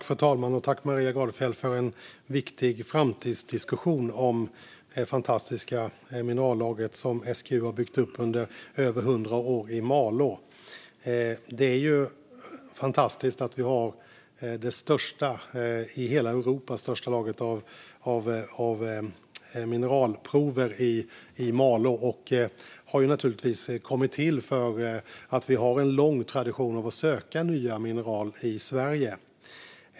Fru talman! Tack, Maria Gardfjell, för en viktig framtidsdiskussion om det fantastiska minerallager som SGU har byggt upp under över hundra år i Malå. Det är fantastiskt att vi har det största lagret i hela Europa av mineralprover i Malå. Det har kommit till av att vi har en lång tradition av att söka nya mineral i Sverige.